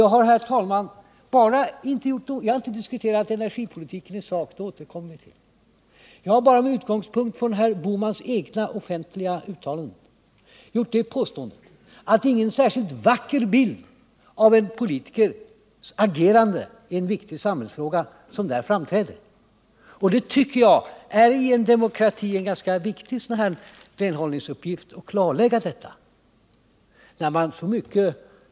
Jag har, herr talman, inte diskuterat energipolitiken i sak — den återkommer vi till. Jag har bara med utgångspunkt från herr Bohmans egna offentliga uttalanden gjort det påståendet att det inte är någon särskilt vacker bild av en politikers agerande i en viktig samhällsfråga som där framträder. Jag tycker att det i en demokrati är en viktig renhållningsuppgift att klarlägga detta.